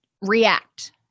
react